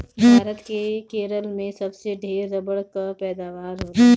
भारत के केरल में सबसे ढेर रबड़ कअ पैदावार होला